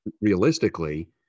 realistically